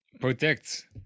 protect